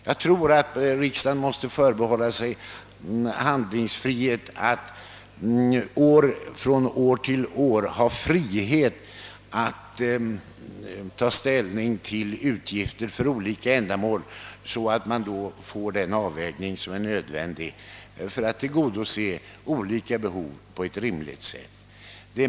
Jag anser att riksdagen måste förbehålla sig rätten att från år till år ta ställning till utgifter för olika ändamål så att vi kan göra den avvägning som är nödvändig om vi skall kunna tillgodose olika behov på ett rimligt sätt.